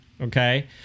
okay